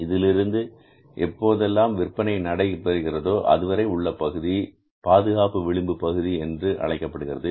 இதிலிருந்து எப்போதெல்லாம் விற்பனை நடைபெறுகிறதோ அதுவரை உள்ள பகுதி பாதுகாப்பு விளிம்பு பகுதி என்று அழைக்கப்படுகிறது